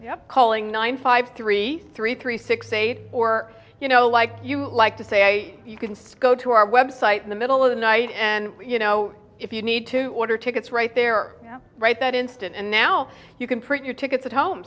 calling nine five three three three six eight or you know like you like to say you can say go to our website in the middle of the night and you know if you need to order tickets right there right that instant and now you can print your tickets at home